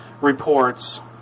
reports